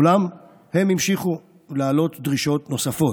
אולם הם המשיכו להעלות דרישות נוספות.